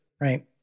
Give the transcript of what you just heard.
right